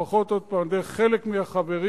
לפחות, עוד פעם, דרך חלק מהחברים,